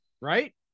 right